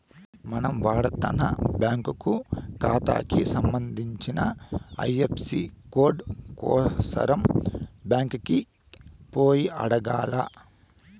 మనం వాడతన్న బ్యాంకు కాతాకి సంబంధించిన ఐఎఫ్ఎసీ కోడు కోసరం బ్యాంకికి పోయి అడగాల్ల